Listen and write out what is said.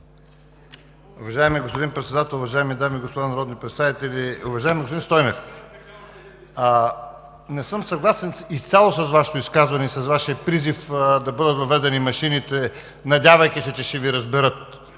Уважаеми господин Председател, уважаеми дами и господа народни представители! Уважаеми господин Стойнев, изцяло не съм съгласен с Вашето изказване и с Вашия призив да бъдат въведени машините, надявайки се, че ще Ви разберат.